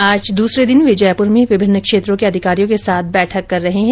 आज दूसरे दिन वे जयपुर में विभिन्न क्षेत्रों के अधिकारियों के साथ बैठक कर रहे है